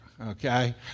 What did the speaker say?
Okay